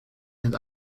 and